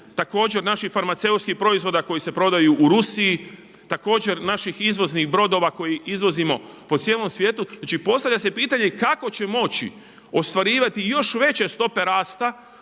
također naših farmaceutskih proizvoda koji se prodaju u Rusiji, također naših izvoznih brodova koje izvozimo po cijelom svijetu. Znači postavlja se pitanje kako će moći ostvarivati i još veće stope rasta